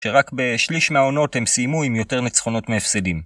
שרק בשליש מהעונות הם סיימו עם יותר נצחונות מהפסדים